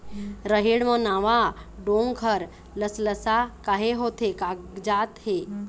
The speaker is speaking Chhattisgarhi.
रहेड़ म नावा डोंक हर लसलसा काहे होथे कागजात हे?